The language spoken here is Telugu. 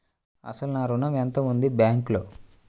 అసలు నా ఋణం ఎంతవుంది బ్యాంక్లో?